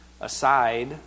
aside